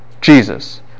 Jesus